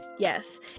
Yes